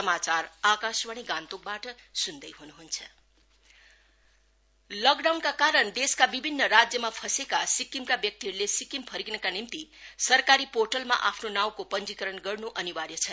press conference DC east लकडाउनका कारण देशका विभिन्न राज्यमा फँसेका सिक्किमका व्यक्तिहरूले सिक्किम फर्किनका निम्ति सरकारी पोर्टलमा आफ्नो नाउँको पंजीकरण गर्न् अनिवार्य छ